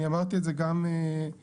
אני אמרתי את זה גם בפתיח,